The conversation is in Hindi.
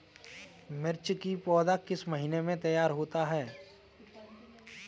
मिर्च की पौधा किस महीने में तैयार होता है?